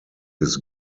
his